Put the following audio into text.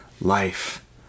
life